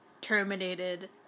terminated